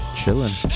chilling